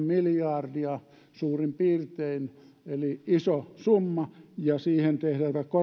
miljardia suurin piirtein eli iso summa ja siihen tehtävät